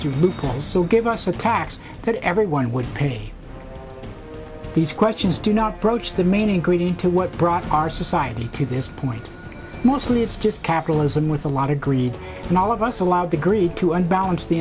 loopholes so give us the tax that everyone would pay these questions do not approach the main ingredient to what brought our society to this point mostly it's just capitalism with a lot of greed in all of us allowed to greed to unbalance the